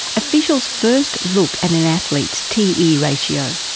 officials first look at an athlete's t e ratio,